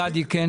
גדי, כן.